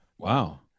Wow